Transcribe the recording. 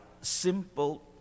simple